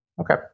Okay